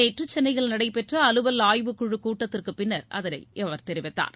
நேற்று சென்னையில் நடைபெற்ற அலுவல் ஆய்வு குழு கூட்டத்திற்கு பின்னர் அவர் இதனை தெரிவித்தார்